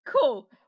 Cool